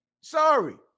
Sorry